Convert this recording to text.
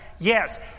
Yes